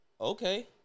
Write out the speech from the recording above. Okay